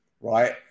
right